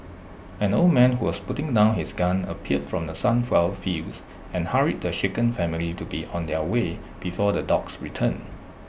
an old man who was putting down his gun appeared from the sunflower fields and hurried the shaken family to be on their way before the dogs return